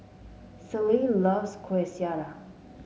Celie loves Kueh Syara